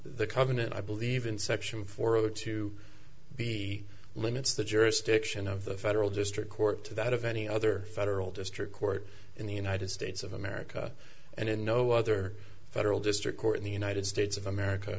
the covenant i believe in section four zero to be limits the jurisdiction of the federal district court to that of any other federal district court in the united states of america and in no other federal district court in the united states of america